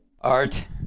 Art